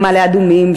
למעלה-אדומים,